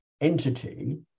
entity